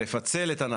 תקבלו את זה